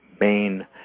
main